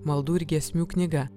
maldų ir giesmių knyga